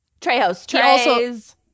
Trejo's